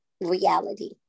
reality